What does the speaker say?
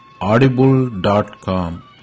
Audible.com